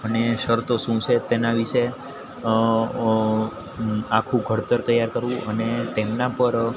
અને શરતો શું છે તેના વિશે આખું ઘડતર તૈયાર કરવું અને તેમના પર